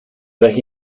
deja